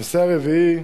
הנושא הרביעי,